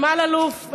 עם אלאלוף,